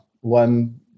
One